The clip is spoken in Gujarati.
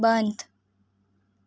બંધ